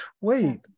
wait